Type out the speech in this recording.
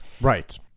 Right